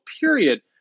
period